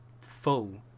full